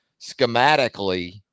schematically